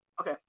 Okay